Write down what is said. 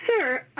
sir